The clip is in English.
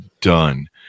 done